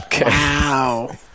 wow